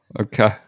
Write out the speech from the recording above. okay